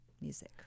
music